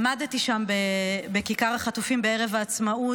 עמדתי שם בכיכר החטופים בערב העצמאות,